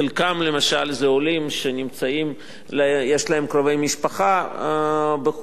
חלקם למשל הם עולים שיש להם קרובי משפחה בחוץ-לארץ,